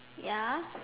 ya